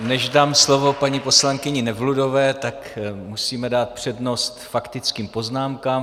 Než dám slovo paní poslankyni Nevludové, tak musíme dát přednost faktickým poznámkám.